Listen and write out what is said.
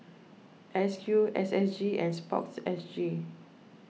S Q S S G and Sports S G